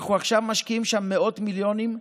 אנחנו עכשיו משקיעים שם מאות מיליונים.